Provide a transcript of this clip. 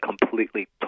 completely